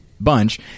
bunch